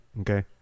Okay